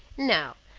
now,